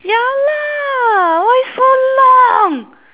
ya lah why so long